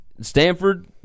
Stanford